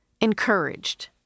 encouraged